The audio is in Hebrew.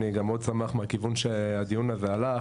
אני גם מאוד שמח על הכיוון שהדיון הזה הלך,